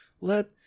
let